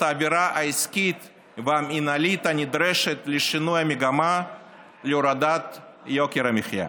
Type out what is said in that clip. האווירה העסקית והמינהלית הנדרשת לשינוי המגמה להורדת יוקר המחיה.